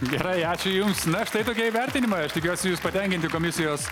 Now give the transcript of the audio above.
gerai ačiū jums na štai tokie įvertinimai aš tikiuosi jūs patenkinti komisijos